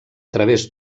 través